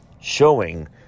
showing